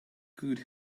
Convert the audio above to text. could